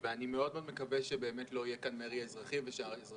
אני מאוד מאוד מקווה שבאמת לא יהיה כאן מרי אזרחי ושהישראלים